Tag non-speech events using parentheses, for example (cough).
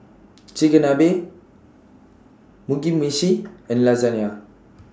(noise) Chigenabe Mugi Meshi and Lasagna